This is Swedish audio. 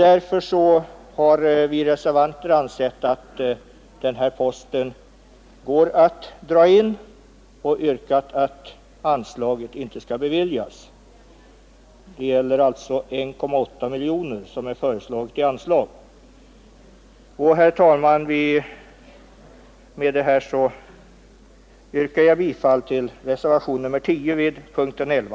Därför har vi ansett att den här anslagsposten går att dra in och yrkat att det föreslagna anslaget på 1,8 miljoner kronor inte skall beviljas. Herr talman! Jag yrkar bifall till reservationen 10 vid punkten 11.